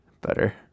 better